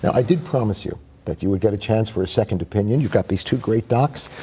i did promise you that you would get a chance for a second opinion. you've got these two great docs.